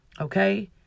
Okay